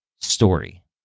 story